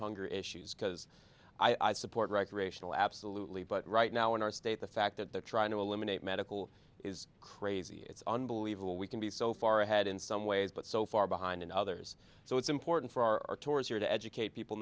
hunger issues because i support recreational absolutely but right now in our state the fact that they're trying to eliminate medical is crazy it's unbelievable we can be so far ahead in some ways but so far behind and others so it's important for our tours here to educate people